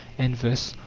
and thus,